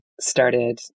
started